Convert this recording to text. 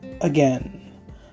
Again